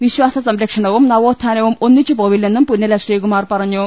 വിശ്വാസസംരക്ഷണവും നവോത്ഥാനവും ഒന്നിച്ചുപോവില്ലെന്നും പുന്നല ശ്രീകുമാർ പറഞ്ഞു